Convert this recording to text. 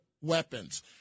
weapons